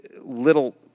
little